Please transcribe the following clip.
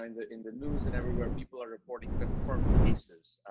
in the in the news and everywhere, people are reporting confirmed cases,